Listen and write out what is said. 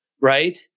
right